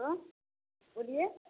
hello बोलिए